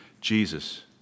Jesus